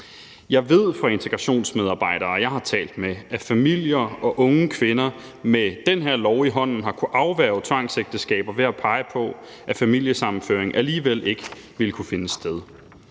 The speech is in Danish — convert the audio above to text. Jeg ved fra integrationsmedarbejdere, jeg har talt med, at familier og unge kvinder med den her lov i hånden har kunnet afværge tvangsægteskaber ved at pege på, at familiesammenføring alligevel ikke ville kunne finde sted.